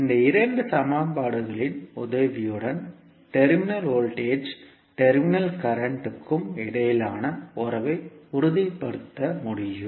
இந்த இரண்டு சமன்பாடுகளின் உதவியுடன் டெர்மினல் வோல்டேஜ் டெர்மினல் கரண்ட் கும் இடையிலான உறவை உறுதிப்படுத்த முடியும்